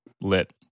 lit